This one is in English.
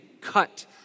cut